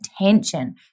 attention